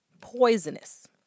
poisonous